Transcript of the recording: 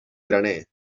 graner